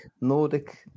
nordic